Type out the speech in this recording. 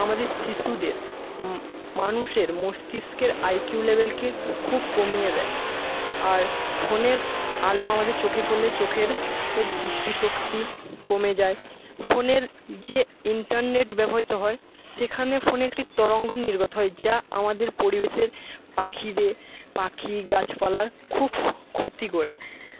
আমাদের শিশুদের মানুষের মস্তিষ্কের আই কিউ লেভেলকে খুব কমিয়ে দেয় আর ফোনের আলো আমাদের চোখে পড়লে চোখের দৃষ্টি শক্তি কমে যায় ফোনের যে ইন্টারনেট ব্যবহৃত হয় সেখানে ফোনে একটি তরঙ্গ নির্গত হয় যা আমাদের পরিবেশের পাখিদের পাখি গাছপালার খুব ক্ষতি করে